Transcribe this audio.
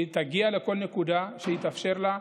היא תגיע לכל נקודה שיתאפשר לה.